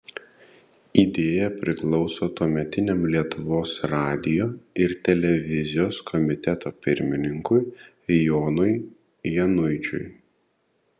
idėja priklauso tuometiniam lietuvos radijo ir televizijos komiteto pirmininkui jonui januičiui